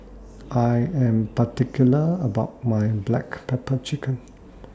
I Am particular about My Black Pepper Chicken